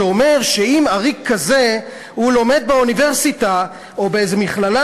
שאומר שאם עריק כזה לומד באוניברסיטה או באיזו מכללה,